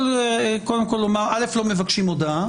קודם כל לא מבקשים הודאה,